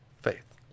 faith